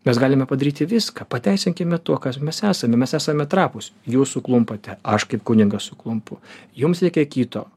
mes galime padaryti viską pateisinkime tuo kas mes esame mes esame trapūs jūs suklumpate aš kaip kunigas suklumpu jums reikia kito